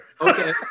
Okay